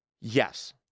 Yes